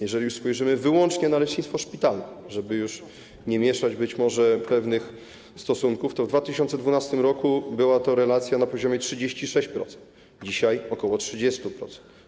Jeżeli spojrzymy wyłącznie na lecznictwo szpitalne, żeby już nie mieszać być może pewnych stosunków, to w 2012 r. była to relacja na poziomie 36%, dzisiaj ok. 30%.